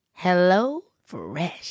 HelloFresh